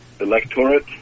Electorate